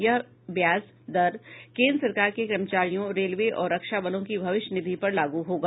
यह ब्याज दर केंद्र सरकार के कर्मचारियों रेलवे और रक्षा बलों की भविष्य निधि पर लागू होगा